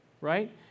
right